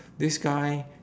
this guy